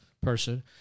person